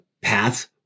paths